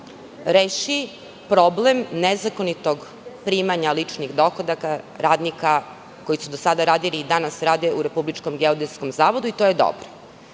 reši problem nezakonitog primanja ličnih dohodaka radnika koji su do sada radili i danas rade u RGZ i to je dobro.